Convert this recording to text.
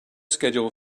schedule